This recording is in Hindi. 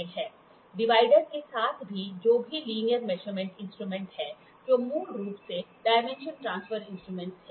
डिवाइडर के साथ भी जो भी लीनियर मेजरमेंट इंस्ट्रूमेंट हैं जो मूल रूप से डायमेंशन ट्रांसफर इंस्ट्रूमेंट हैं